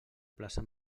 plaça